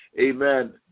amen